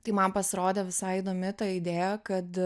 tai man pasirodė visai įdomi ta idėja kad